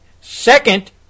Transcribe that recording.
Second